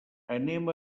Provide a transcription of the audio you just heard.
anem